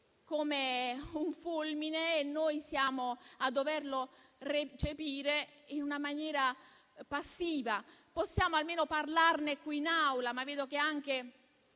come un fulmine e noi siamo qui a doverlo recepire in maniera passiva. Possiamo almeno parlarne qui in Aula, ma vedo che neanche